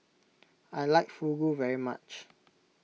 I like Fugu very much